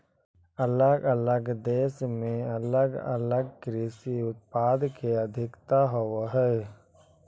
अलग अलग देश में अलग अलग कृषि उत्पाद के अधिकता होवऽ हई